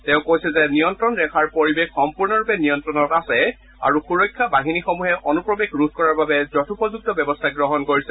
তেওঁ কৈছে যে নিয়ন্ত্ৰণ ৰেখাৰ পৰিৱেশ সম্পূৰ্ণৰূপে নিয়ন্ত্ৰণত আছে আৰু সুৰক্ষা বাহিনীসমূহে অনুপ্ৰৱেশ ৰোধ কৰাৰ বাবে যথোপযুক্ত ব্যৱস্থা গ্ৰহণ কৰিছে